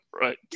Right